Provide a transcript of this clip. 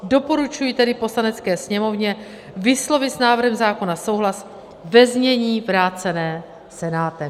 Doporučuji tedy Poslanecké sněmovně vyslovit s návrhem zákona souhlas ve znění vráceném Senátem.